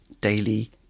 daily